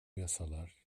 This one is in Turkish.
yasalar